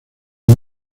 una